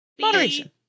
moderation